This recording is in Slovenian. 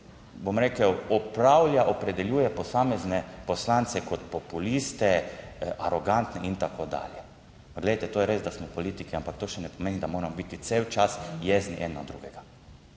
bom rekel, opravlja, opredeljuje posamezne poslance kot populiste, arogantne in tako dalje. Glejte, to je res, da smo politiki, ampak to še ne pomeni, da moramo biti cel čas jezni en na drugega.